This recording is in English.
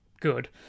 good